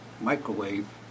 microwave